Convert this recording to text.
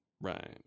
Right